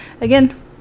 again